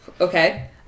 okay